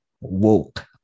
woke